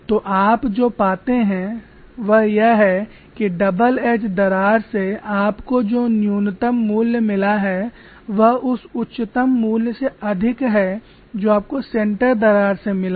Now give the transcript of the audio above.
तो आप जो पाते हैं वह यह है कि डबल एज दरार से आपको जो न्यूनतम मूल्य मिला है वह उस उच्चतम मूल्य से अधिक है जो आपको सेंटर दरार से मिला है